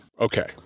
Okay